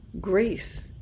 grace